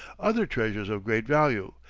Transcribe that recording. other treasures of great value,